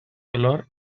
color